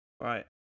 right